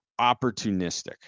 opportunistic